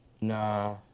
Nah